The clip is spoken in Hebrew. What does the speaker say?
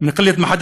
מיהם הפרעונים שלך?